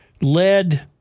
Led